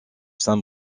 saint